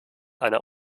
einer